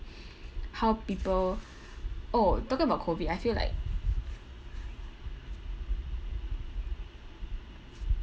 how people oh talking about COVID I feel like